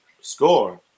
score